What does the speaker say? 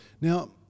Now